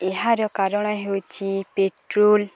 ଏହାର କାରଣ ହେଉଛି ପେଟ୍ରୋଲ୍